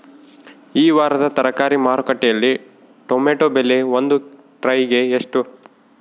ಈ ವಾರದ ತರಕಾರಿ ಮಾರುಕಟ್ಟೆಯಲ್ಲಿ ಟೊಮೆಟೊ ಬೆಲೆ ಒಂದು ಟ್ರೈ ಗೆ ಎಷ್ಟು?